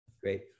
Great